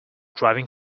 driving